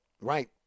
Right